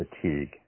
fatigue